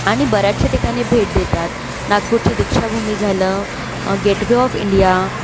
आणि बऱ्याचशा ठिकाणी भेट देतात नागपूरची दीक्षाभूमी झालं गेटवे ऑफ इंडिया